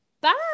Bye